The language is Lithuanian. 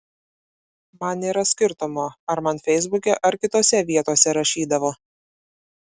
man nėra skirtumo ar man feisbuke ar kitose vietose rašydavo